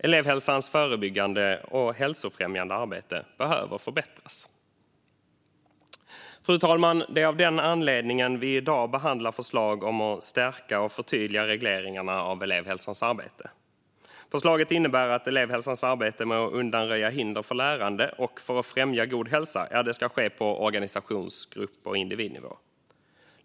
Elevhälsans förebyggande och hälsofrämjande arbete behöver förbättras. Fru talman! Det är av den anledningen vi i dag behandlar förslag om att stärka och förtydliga regleringarna av elevhälsans arbete. Förslaget innebär att elevhälsans arbete med att undanröja hinder för lärande och för att främja god hälsa ska ske på organisations, grupp och individnivå.